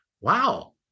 wow